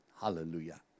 Hallelujah